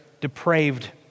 depraved